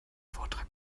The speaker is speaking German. vortrag